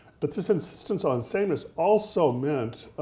but this insistence on sameness also meant